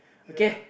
ya